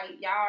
Y'all